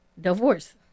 divorce